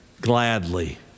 gladly